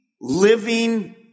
living